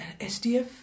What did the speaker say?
SDF